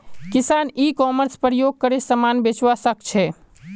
किसान e commerce प्रयोग करे समान बेचवा सकछे